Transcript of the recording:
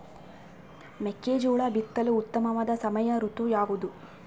ಮೆಕ್ಕೆಜೋಳ ಬಿತ್ತಲು ಉತ್ತಮವಾದ ಸಮಯ ಋತು ಯಾವುದು?